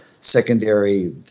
secondary